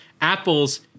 apples